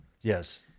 Yes